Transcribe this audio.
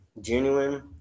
genuine